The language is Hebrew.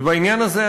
ובעניין הזה,